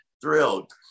thrilled